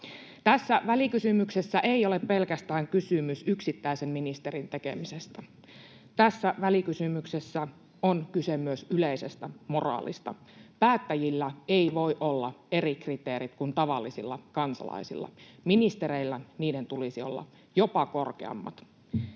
Tässä välikysymyksessä ei ole pelkästään kysymys yksittäisen ministerin tekemisistä. Tässä välikysymyksessä on kyse myös yleisestä moraalista. Päättäjillä ei voi olla eri kriteerit kuin tavallisilla kansalaisilla — ministereillä niiden tulisi olla jopa korkeammat.